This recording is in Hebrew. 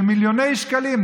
של מיליוני שקלים,